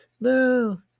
no